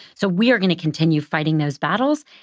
so we are gonna continue fighting those battles.